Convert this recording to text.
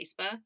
Facebook